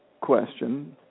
question